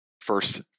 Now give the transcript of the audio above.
First